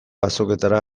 azoketara